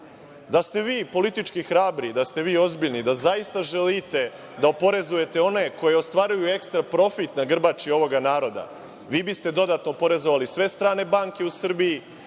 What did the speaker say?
Da ste vi politički hrabri, da ste ozbiljni, da zaista želite da oporezujete one koji ostvaruju ekstra profit na grbači ovog naroda, vi biste dodatno oporezovali sve strane banke u Srbiji,